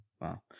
Wow